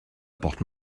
porte